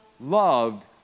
loved